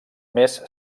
més